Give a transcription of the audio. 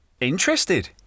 interested